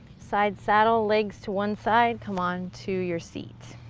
side saddle, legs to one side, come onto your seat.